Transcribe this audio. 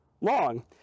long